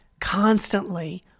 constantly